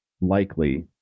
likely